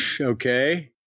Okay